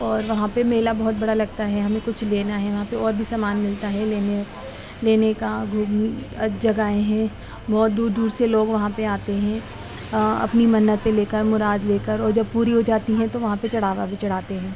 اور وہاں پہ میلہ بہت بڑا لگتا ہے ہمیں کچھ لینا ہے وہاں پہ اور بھی سامان ملتا ہے لینے لینے کا گھوم جہگیں ہیں بہت دور دور سے لوگ وہاں پہ آتے ہیں اپنی منتیں لے کر مراد لے کر اور جب پوری ہو جاتی ہیں تو وہاں پہ چڑھاوا بھی چڑھاتے ہیں